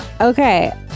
Okay